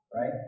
Right